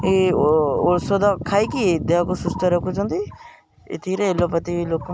ଏ ଔଷଧ ଖାଇକି ଦେହକୁ ସୁସ୍ଥ ରଖୁଛନ୍ତି ଏଥିରେ ଏଲୋପାତି ଲୋକ